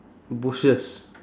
bushes